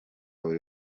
buri